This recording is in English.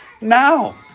now